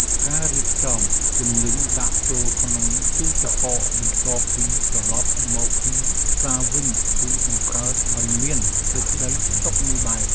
ការរៀបចំទំនិញដាក់ចូលក្នុងទូទឹកកកបន្ទាប់ពីត្រឡប់មកពីផ្សារវិញ គឺបង្កើតឲ្យមាន សេចក្ដីសុខមួយបែប។